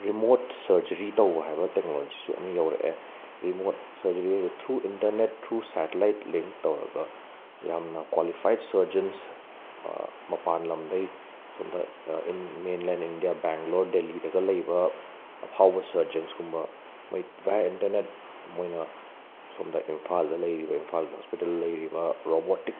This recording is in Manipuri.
ꯔꯤꯃꯣꯠ ꯁꯔꯖꯔꯤ ꯇꯧꯕ ꯍꯥꯏꯕ ꯇꯦꯛꯅꯣꯂꯣꯖꯤꯁꯨ ꯑꯃ ꯌꯧꯔꯛꯑꯦ ꯔꯤꯃꯣꯠ ꯁꯔꯖꯔꯤ ꯍꯥꯏꯁꯦ through internet through satellite link ꯇꯧꯔꯒ ꯌꯥꯝꯅ ꯀ꯭ꯋꯥꯂꯤꯐꯥꯏꯠ ꯁꯔꯖꯦꯟ꯭ꯁ ꯃꯄꯥꯟ ꯂꯝꯗꯩ ꯑꯁꯣꯝꯗ ꯃꯦꯟꯂꯦꯟ ꯏꯟꯗꯤꯌꯥ ꯕꯦꯡꯒꯂꯣꯔ ꯗꯦꯂꯤꯗꯒ ꯂꯩꯕ ꯑꯐꯥꯎꯕ ꯁꯔꯖꯟ꯭ꯁꯀꯨꯝꯕ ꯃꯣꯏ ꯚꯥꯏꯌꯥ ꯏꯟꯇꯔꯅꯦꯠ ꯃꯣꯏꯅ ꯁꯣꯝꯗ ꯏꯝꯐꯥꯜꯗ ꯂꯩꯔꯤꯕ ꯏꯝꯐꯥꯜꯒꯤ ꯍꯣꯁꯄꯤꯇꯥꯜꯗ ꯂꯩꯔꯤꯕ ꯔꯣꯕꯣꯇꯤꯛ